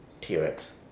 T-Rex